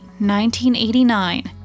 1989